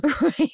right